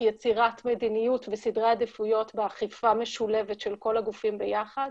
יצירת מדיניות וסדרי עדיפויות באכיפה משולבת של כל הגופים ביחד.